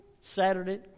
Saturday